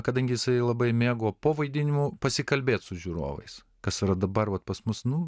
kadangi jisai labai mėgo po vaidinimų pasikalbėt su žiūrovais kas yra dabar vat pas mus nu